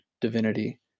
divinity